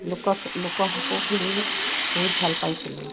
লোক লুকাভাকু খেলি বহুত ভাল পাইছিলোঁ